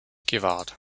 gewahrt